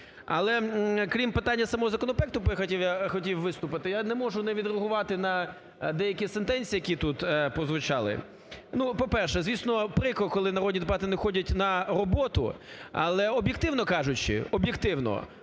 Але, крім питання самого законопроекту, то я хотів виступити, я не можу не відреагувати на деякі сентенції, які тут прозвучали. Ну, по-перше, звісно, прикро, коли народні депутати не ходять на роботу. Але об'єктивно кажучи, об'єктивно,